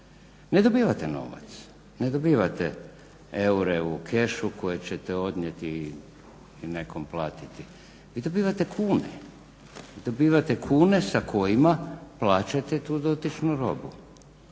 Ne dobivate novac, ne dobivate eure u kešu koje ćete odnijeti i nekom platiti. Vi dobivate kune sa kojima plaćate tu dotiču robu,